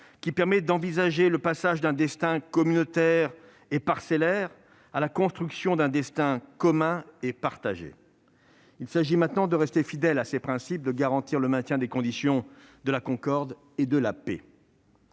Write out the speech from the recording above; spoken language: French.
qui permet d'envisager le passage d'un destin communautaire et parcellaire à la construction d'un destin commun et partagé. Il s'agit maintenant de rester fidèle à ces principes, de garantir le maintien des conditions de la concorde et de la paix.